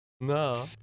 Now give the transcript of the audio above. no